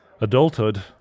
Adulthood